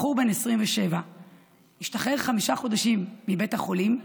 בחור בן 27 השתחרר לפני חמישה חודשים מבית החולים,